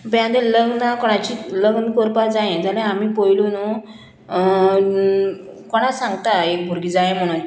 पय आतां लग्न कोणाची लग्न करपा जायें जाल्यार आमी पयलू न्हू कोणा सांगता एक भुरगें जाय म्हुणून